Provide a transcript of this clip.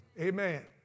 Amen